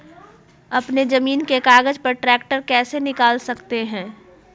अपने जमीन के कागज पर ट्रैक्टर कैसे निकाल सकते है?